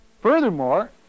Furthermore